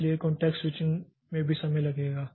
इसलिए context switching में भी समय लगेगा